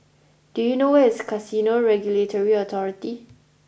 do you know where is Casino Regulatory Authority